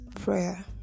prayer